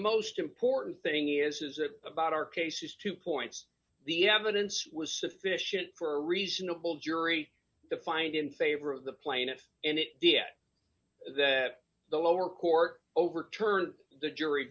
most important thing is that about our case is two points the evidence was sufficient for a reasonable jury to find in favor of the plaintiff and it did it that the lower court overturned the jury